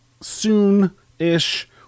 soon-ish